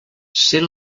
ser